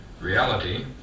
reality